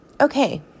Okay